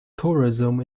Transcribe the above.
tourism